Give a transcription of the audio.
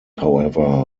however